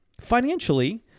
Financially